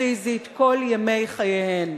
פיזית כל ימי חייהן.